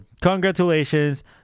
congratulations